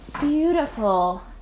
beautiful